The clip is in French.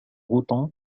autant